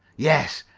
yes,